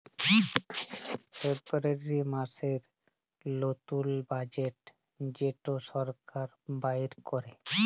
ফেব্রুয়ারী মাসের লতুল বাজেট যেট সরকার বাইর ক্যরে